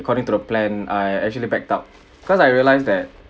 according to the plan I actually backed out because I realised that